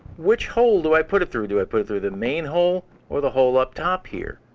which hole do i put it through? do i put it through the main hole or the hole up top here?